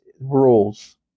rules